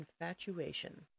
infatuation